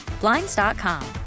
blinds.com